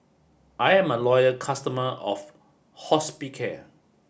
I'm a loyal customer of Hospicare